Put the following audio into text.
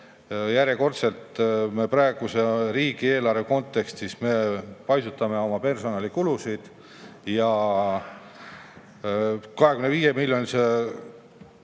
Järjekordselt me praeguse riigieelarve kontekstis paisutame personalikulusid. 25‑miljonilise